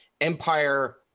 Empire